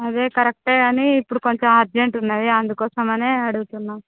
అదే కరెక్టే కానీ ఇపుడు కొంచెం అర్జెంట్ ఉన్నది అందుకోసమనే అడుగుతున్నాము